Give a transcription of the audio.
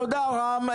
תודה, רם.